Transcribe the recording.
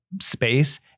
space